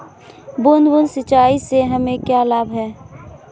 बूंद बूंद सिंचाई से हमें क्या लाभ है?